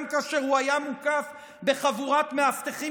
גם כאשר הוא היה מוקף בחבורת מאבטחים